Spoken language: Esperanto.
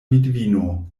vidvino